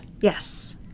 Yes